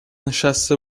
نشسته